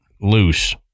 loose